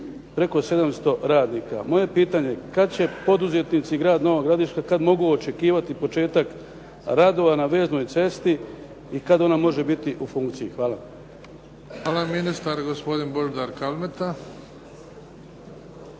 preko 700 radnika. Moje je pitanje kada će poduzetnici i grad Nova Gradiška kad mogu očekivati početak radova na veznoj cesti i kad ona može biti u funkciji. Hvala. **Bebić, Luka (HDZ)** Hvala. Ministar gospodin Božidar Kalmeta.